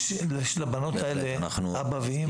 יש לבנות האלה אבא ואמא.